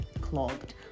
clogged